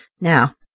Now